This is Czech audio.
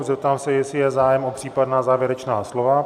Zeptám se, jestli je zájem o případná závěrečná slova?